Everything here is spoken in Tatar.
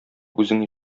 үзең